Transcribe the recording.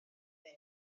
ddim